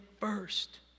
first